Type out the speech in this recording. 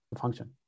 function